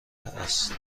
است